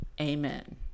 Amen